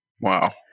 Wow